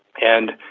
and,